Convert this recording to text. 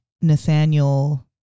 Nathaniel